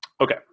Okay